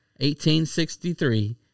1863